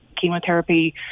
chemotherapy